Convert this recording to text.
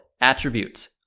attributes